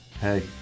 hey